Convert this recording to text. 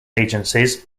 agencies